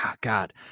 god